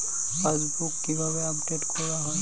Passbook কিভাবে update করা হয়?